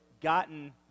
gotten